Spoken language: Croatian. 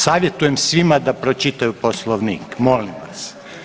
Savjetujem svima da pročitaju Poslovnik, molim vas.